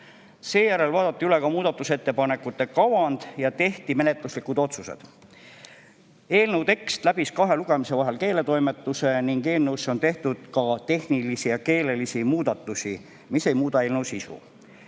Seejärel vaadati üle muudatusettepanekute kavand ja tehti menetluslikud otsused. Eelnõu tekst läbis kahe lugemise vahel keeletoimetuse ning eelnõusse on tehtud tehnilisi ja keelelisi muudatusi, mis ei muuda eelnõu sisu.